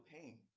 pain